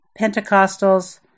Pentecostals